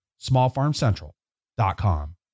smallfarmcentral.com